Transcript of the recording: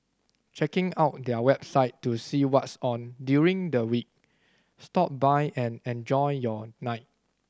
checking out their website to see what's on during the week stop by and enjoy your night